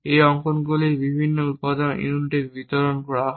এই অঙ্কনগুলি বিভিন্ন উত্পাদন ইউনিটে বিতরণ করা হয়